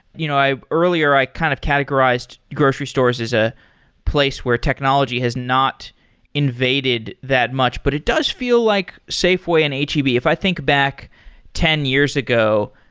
you know earlier i kind of categorized grocery stores as a place where technology has not invaded that much, but it does feel like safeway and h e b. if i think back ten years ago,